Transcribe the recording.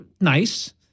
nice